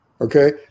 Okay